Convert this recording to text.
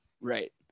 right